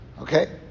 Okay